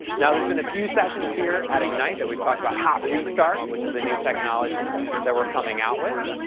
now, there's been a few sessions here at ignite that we've talked about hot restart which is a new technology that we're coming out with,